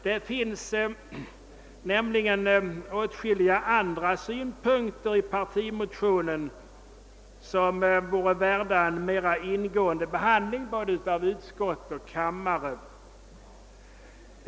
Det finns nämligen åtskilliga andra synpunkter i vår partimotion som vore värda en mer ingående behandling både av utskott och kammare.